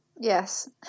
Yes